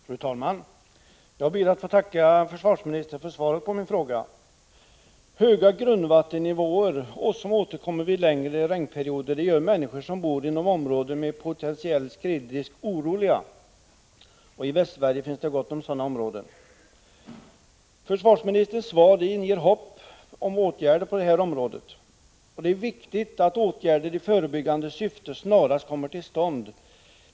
Fru talman! Jag ber att få tacka försvarsministern för svaret på min fråga. Höga grundvattennivåer, som återkommer vid längre regnperioder, gör människor som bor i områden med potentiell skredrisk oroliga. I Västsverige finns det gott om sådana områden. Försvarsministerns svar inger hopp om åtgärder på det här området, och det är viktigt att åtgärder i förebyggande syfte snarast kommer till stånd.